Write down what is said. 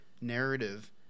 narrative